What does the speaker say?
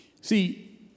See